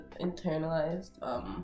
internalized